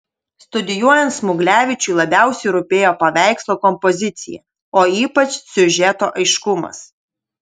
studijuojant smuglevičiui labiausiai rūpėjo paveikslo kompozicija o ypač siužeto aiškumas